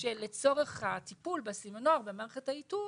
שלצורך הטיפול בסימנור במערכת האיתות,